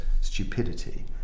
stupidity